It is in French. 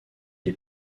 les